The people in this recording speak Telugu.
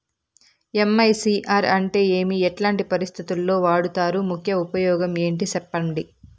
ఎమ్.ఐ.సి.ఆర్ అంటే ఏమి? ఎట్లాంటి పరిస్థితుల్లో వాడుతారు? ముఖ్య ఉపయోగం ఏంటి సెప్పండి?